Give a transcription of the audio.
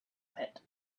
pit